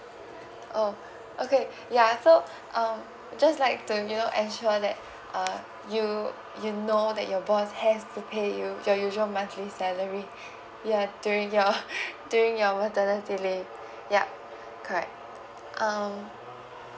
oh okay ya so um just like to you know ensure that uh you you know that your boss has to pay you your usual monthly salary ya during your during your maternity leave ya correct um